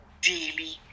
daily